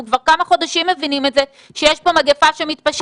אנחנו כבר כמה חודשים מבינים את זה שיש פה מגפה שמתפשטת.